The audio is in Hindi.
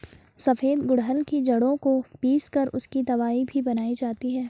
सफेद गुड़हल की जड़ों को पीस कर उसकी दवाई भी बनाई जाती है